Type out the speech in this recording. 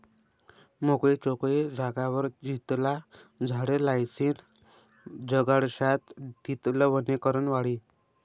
मोकयी चोकयी जागावर जितला झाडे लायीसन जगाडश्यात तितलं वनीकरण वाढी